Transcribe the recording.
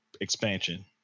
expansion